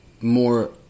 more